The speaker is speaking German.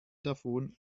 davon